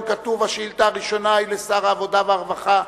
כתוב שהשאילתא הראשונה היא לשר העבודה והרווחה.